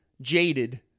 jaded